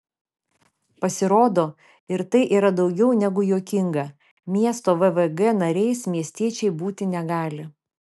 pasirodo ir tai yra daugiau negu juokinga miesto vvg nariais miestiečiai būti negali